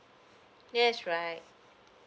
yes right